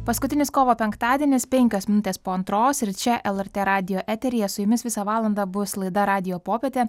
paskutinis kovo penktadienis penkios minutės po antros ir čia elartė radijo eteryje su jumis visą valandą bus laida radijo popietė